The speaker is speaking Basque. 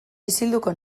isilduko